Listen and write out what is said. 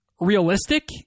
realistic